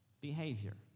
behavior